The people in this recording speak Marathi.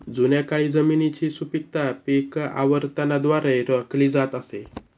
जुन्या काळी जमिनीची सुपीकता पीक आवर्तनाद्वारे राखली जात असे